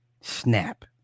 snap